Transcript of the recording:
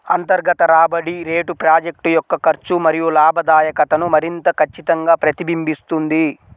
అంతర్గత రాబడి రేటు ప్రాజెక్ట్ యొక్క ఖర్చు మరియు లాభదాయకతను మరింత ఖచ్చితంగా ప్రతిబింబిస్తుంది